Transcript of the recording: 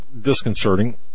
disconcerting